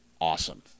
awesome